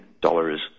dollars